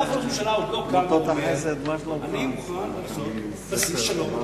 אף ראש ממשלה עוד לא קם ואומר: אני מוכן לעשות בסיס שלום,